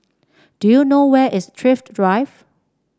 do you know where is Thrift Drive